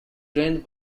drained